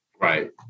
Right